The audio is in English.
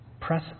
Press